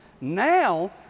now